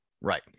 Right